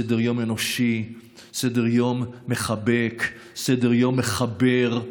סדר-יום אנושי, סדר-יום מחבק, סדר-יום מחבר.